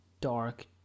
dark